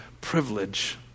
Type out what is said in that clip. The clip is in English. privilege